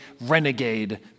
renegade